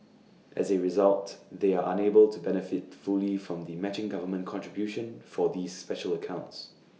as A result they are unable to benefit fully from the matching government contribution for these special accounts